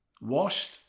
washed